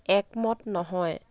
একমত নহয়